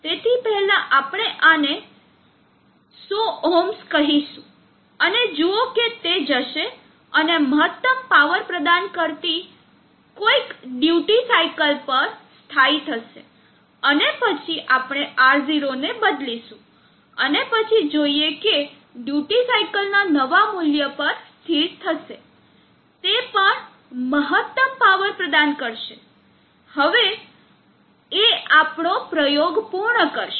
તેથી પહેલા આપણે આને 100 ohms કહીશું અને જુઓ કે તે જશે અને મહત્તમ પાવર પ્રદાન કરતી કોઈક ડ્યુટી સાઇકલ પર સ્થાયી થશે અને પછી આપણે R0 ને બદલીશું અને પછી જોઈએ કે ડ્યુટી સાઇકલ ના નવા મૂલ્ય પર સ્થિર થશે તે પણ મહત્તમ પાવર પ્રદાન કરશે હવે તે આપણો પ્રયોગ પૂર્ણ કરશે